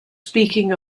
speaking